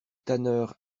tanneur